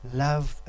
love